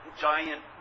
giant